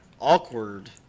awkward